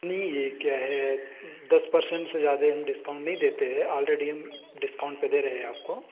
नहीं ये क्या है दस पर्सेंट से ज़्यादा हम डिस्काउंट हम नहीं देते हैं आलरेडी हम डिस्काउंट पर दे रहे हैं आपको